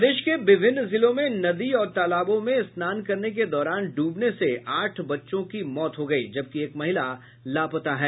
प्रदेश के विभिन्न जिलों में नदी और तालाबों में स्थान करने के दौरान ड्बने से आठ बच्चों की मौत हो गयी जबकि एक महिला लापता है